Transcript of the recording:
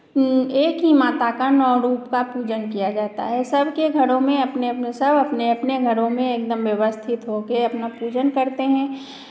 एक ही माता का नौ रूप का पूजन किया जाता है सबके घरों में अपने अपने सब अपने अपने घरों में एकदम व्यवस्थित हो के अपना पूजन करते हैं